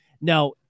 Now